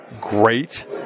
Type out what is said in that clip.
great